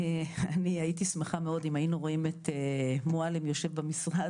אני הייתי שמחה מאוד אם היינו רואים את מועלם יושב במשרד